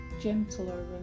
gentler